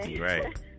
right